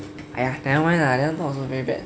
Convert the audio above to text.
!aiya! that one ah talk also very bad